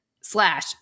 slash